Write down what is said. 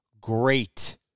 great